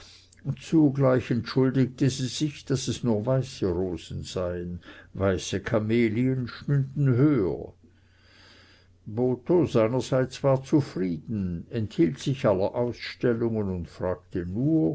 zugleich entschuldigte sie sich daß es nur weiße rosen seien weiße kamelien stünden höher botho seinerseits war zufrieden enthielt sich aller ausstellungen und fragte nur